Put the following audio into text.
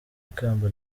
ikamba